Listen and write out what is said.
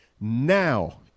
now